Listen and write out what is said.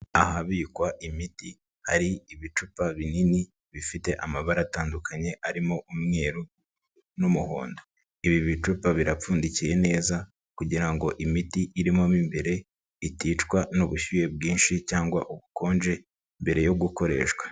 Ahabikwa imiti hari ibicupa binini, bifite amabara atandukanye arimo umweru n'umuhondo. Ibi bicupa birapfundikiye neza kugira ngo imiti irimo mu imbere iticwa n'ubushyuhe bwinshi cyangwa ubukonje mbere yo gukoreshwa.